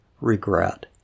regret